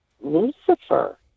Lucifer